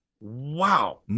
wow